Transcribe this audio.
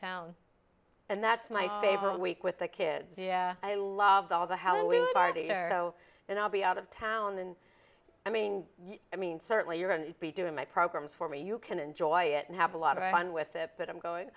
town and that's my favorite week with the kids i love all the how we've already and i'll be out of town and i mean i mean certainly you're going to be doing my program for me you can enjoy it and have a lot of fun with it but i'm going